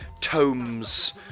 tomes